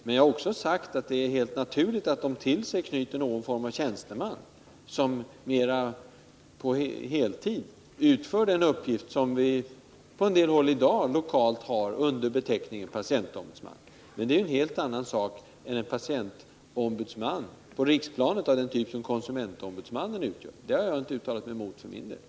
Men jag har också sagt att det är naturligt att den till sig knyter någon form av tjänsteman, som mera på heltid utför sådana uppgifter som de som på en del håll i dag går under beteckningen patientombudsmän fullgör. Men dessa insatser är i stor utsträckning andra än vad en patientombudsman på riksplanet, av samma typ som konsumentombudsmannen, skulle utföra. En sådan ombudsman har jag för min del inte uttalat mig emot.